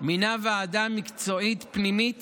מינה ועדה מקצועית פנימית